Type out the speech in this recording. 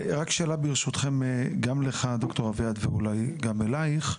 כן רק שאלה ברשותכם גם לך ד"ר אביעד ואולי גם אלייך,